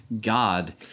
God